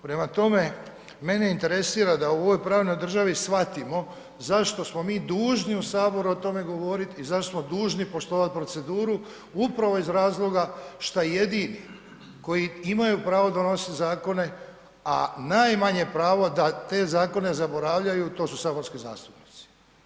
Prema tome, mene interesira da u ovoj pravnoj državi shvatimo zašto smo mi dužni u Saboru o tome govoriti i zašto smo dužni poštovat proceduru upravo iz razloga šta jedini koji imaju pravo donositi zakone, a najmanje pravo da te zakone zaboravljaju to su saborski zastupnici.